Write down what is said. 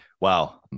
Wow